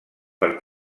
per